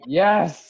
yes